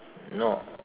no